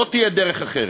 לא תהיה דרך אחרת.